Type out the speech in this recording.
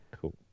cool